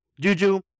Juju